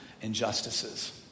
injustices